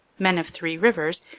men of three rivers,